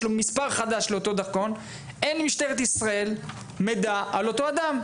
לו מספר חדש אין למשטרת ישראל מידע על אותו אדם.